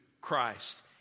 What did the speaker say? Christ